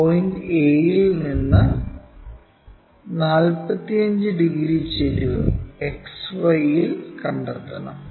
point a ഇൽ നിന്ന് 45 degree ചെരിവ് XY ഇൽ കണ്ടെത്തണം